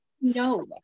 no